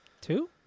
two